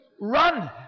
Run